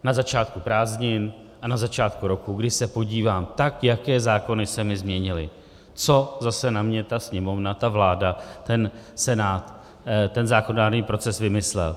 Na začátku prázdnin a na začátku roku, kdy se podívám, jaké zákony se mi změnily, co zase na mě ta Sněmovna, ta vláda, ten Senát, ten zákonodárný proces vymyslel.